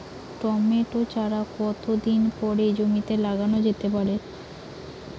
Tomato চারা কতো দিন পরে জমিতে লাগানো যেতে পারে?